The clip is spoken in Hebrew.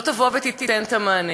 לא תיתן את המענה.